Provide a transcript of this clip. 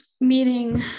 meeting